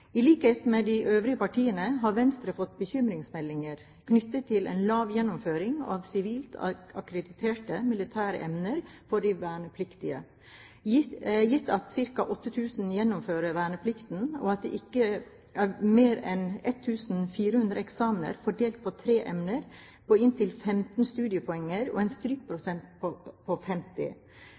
I likhet med de øvrige partiene har Venstre fått bekymringsmeldinger knyttet til en lav gjennomføring av sivilt akkrediterte militære emner for de vernepliktige – gitt at ca. 8 000 gjennomfører verneplikten, og at det ikke er mer enn 1 400 eksamener fordelt på tre emner på inntil 15 studiepoeng og en strykprosent på 50, som forsvarsministeren også var inne på,